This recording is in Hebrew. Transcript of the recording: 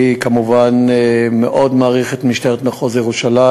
אני כמובן מאוד מעריך את משטרת מחוז ירושלים,